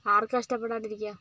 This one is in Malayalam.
ആർക്കാണ് ഇഷ്ട്ടപ്പെടാതിരിക്കുക